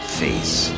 face